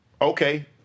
okay